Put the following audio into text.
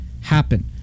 happen